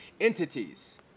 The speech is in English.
entities